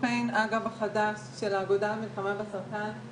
ילדה בת 31 שלא יכולה אפילו להרים את התריס לבד כי